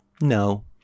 No